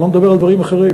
אני לא מדבר על דברים אחרים,